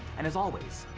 and as always.